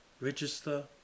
register